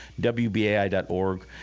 WBAI.org